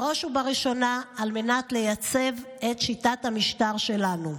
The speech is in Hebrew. בראש ובראשונה, על מנת לייצב את שיטת המשטר שלנו.